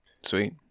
Sweet